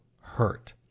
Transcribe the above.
hurt